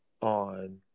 on